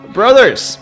brothers